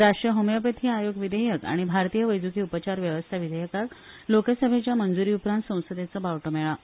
राष्ट्रीय होमिओपथी आयोग विधेयक आनी भारतीय वैजकी उपचार वेवस्था विधेयकाक लोकसभेच्या मंजूरी उपरांत संसदेचो बावटो मेळ्ळा